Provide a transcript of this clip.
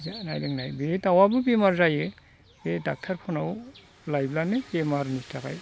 जानाय लोंनाय बे दाउआबो बेमार जायो बे ड'क्टरफोरनाव लायब्लानो बेमारनि थाखाय